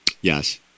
Yes